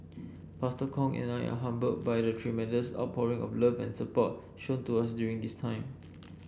Pastor Kong and I are humbled by the tremendous outpouring of love and support shown to us during this time